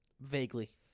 Vaguely